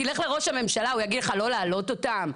תלך לראש הממשלה הוא יגיד לך לא להעלות אותם?